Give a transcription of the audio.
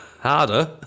Harder